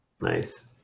Nice